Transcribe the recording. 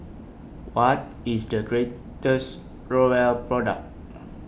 What IS The greatest Growell Product